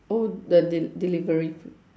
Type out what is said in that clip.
oh the de~ delivery